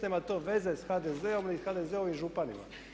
Nema to veze sa HDZ-om, ni HDZ-ovim županima.